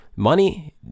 Money